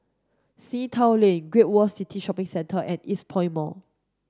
Sea Town Lane Great World City Shopping Centre and Eastpoint Mall